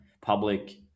public